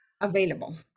available